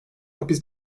hapis